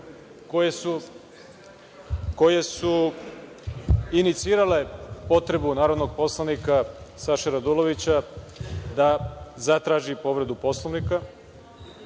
koje su inicirale potrebnu narodnog poslanika Saše Radulovića da zatraži povredu Poslovnika,